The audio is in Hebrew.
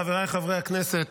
חבריי חברי הכנסת,